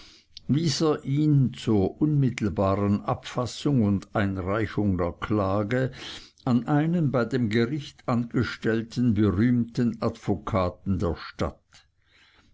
ihn zur unmittelbaren abfassung und einreichung der klage an einen bei dem gericht angestellten berühmten advokaten der stadt